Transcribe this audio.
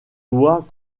doigts